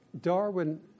Darwin